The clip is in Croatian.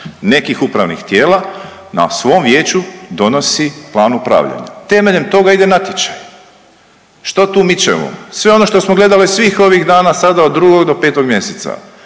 nekih upravnih tijela, na svom vijeću donosi plan upravljanja. Temeljem toga ide natječaj. Što tu mičemo? Sve ono što smo gledali svih ovih dana sada od 2. do 5. mjeseca.